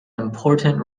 important